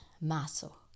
muscle